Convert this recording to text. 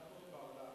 מה קורה בעולם,